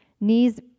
knees